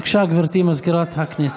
בבקשה, גברתי סגנית מזכיר הכנסת.